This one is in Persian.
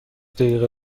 دقیقه